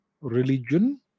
religion